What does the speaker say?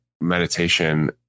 meditation